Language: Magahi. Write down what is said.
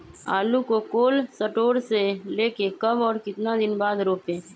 आलु को कोल शटोर से ले के कब और कितना दिन बाद रोपे?